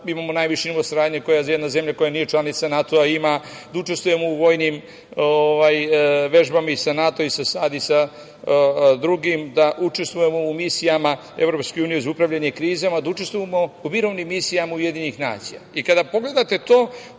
imamo najviši nivo saradnje koja jedna zemlja, koja nije članica NATO ima, da učestvujemo u vojnim vežbama Senata i sa SAD i sa drugim, da učestvujemo u misijama EU za upravljanje krizama, da učestvujemo u mirovnim misijama UN.I, kada pogledate to,